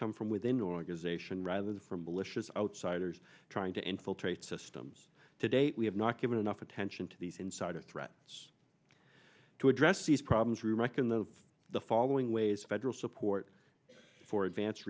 come from within your organization rather than from malicious outsiders trying to infiltrate systems today we have not given enough attention to these insider threats to address these problems we reckon the the following ways federal support for advance